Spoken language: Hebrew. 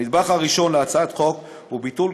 הנדבך הראשון להצעת החוק הוא ביטול